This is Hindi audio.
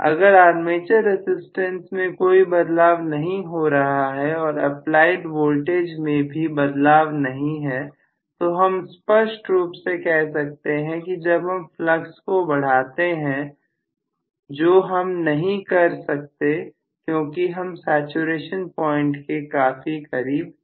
अगर आर्मेचर रसिस्टेंस में कोई बदलाव नहीं हो रहा है और अप्लाइड वोल्टेज में भी बदलाव नहीं है तो हम स्पष्ट रूप से कह सकते हैं कि जब हम फ्लक्स को बढ़ाते हैं जो हम नहीं कर सकते क्योंकि हम सैचुरेशन प्वाइंट के काफी करीब है